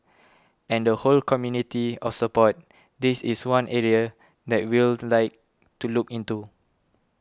and the whole community of support this is one area that we'll like to look into